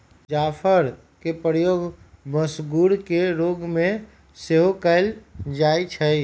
जाफरके प्रयोग मसगुर के रोग में सेहो कयल जाइ छइ